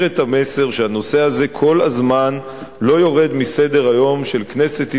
את המסר שהנושא הזה כל הזמן לא יורד מסדר-היום של כנסת ישראל,